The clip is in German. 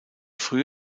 früh